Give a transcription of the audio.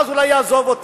ואז אולי הוא יעזוב אותי.